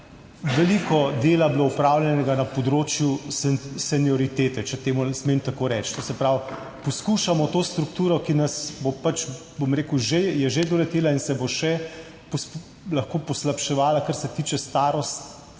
veliko dela bilo opravljenega na področju senioritete, če temu smem tako reči. To se pravi, poskušamo to strukturo, ki nas bo pač, bom rekel, že, je že doletela in se bo še lahko poslabševala, kar se tiče starosti,